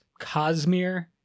Cosmere